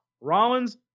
Rollins